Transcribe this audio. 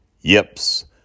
Yips